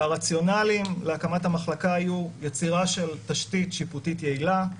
והרציונלים להקמת המחלקה היו יצירה של תשתית שיפוטית יעילה,